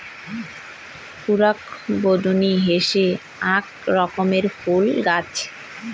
কুরা বুদনি হসে আক রকমের ফুল গাছ